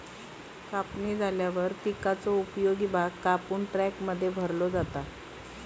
कापणी झाल्यावर पिकाचो उपयोगी भाग कापून ट्रकमध्ये भरलो जाता